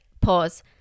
pause